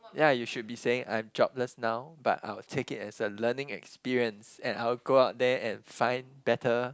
ya you should be saying I'm jobless now but I'll take it as a learning experience and I'll go out there and find better